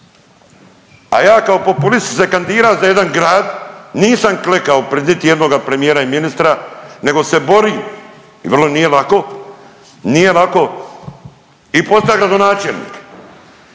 A ja kao populist sam se kandidira za jedan grad, nisam klekao pred niti jednoga premijera i ministra nego se borim i vrlo, nije lako, nije lako, i posta gradonačelnik,